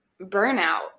burnout